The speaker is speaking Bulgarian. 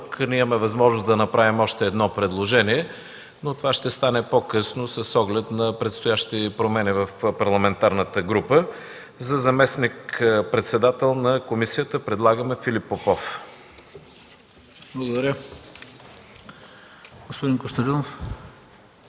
Тук имаме възможност да направим още едно предложение, но това ще стане по-късно с оглед на предстоящи промени в парламентарната група. За заместник-председател на комисията предлагаме Филип Попов. ПРЕДСЕДАТЕЛ ХРИСТО